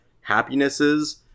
happinesses